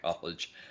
College